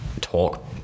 talk